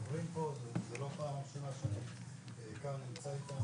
השאלה שלי היא כמה נכים,